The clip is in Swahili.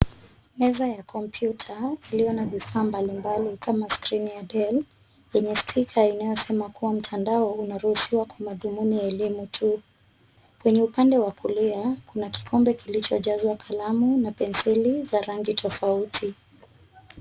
Meza ya kompyuta iliyo na vifaa mbalimbali kama skrini ya Dell yenye stika inayosema kuwa, Mtandao unatumika kwa madhumuni ya elimu tu. Kwenye upande wa kulia, kikombe kilichojazwa kalamu na pens elimu za rangi tofauti.